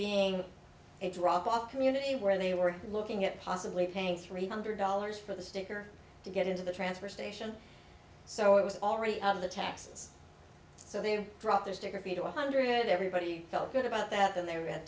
being a drop off community where they were looking at possibly paying three hundred dollars for the sticker to get into the transfer station so it was already of the taxes so they drop their sticker fee to one hundred everybody felt good about that and they